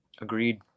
Agreed